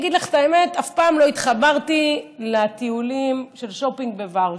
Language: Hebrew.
אגיד לך את האמת: אף פעם לא התחברתי לטיולים של שופינג בוורשה.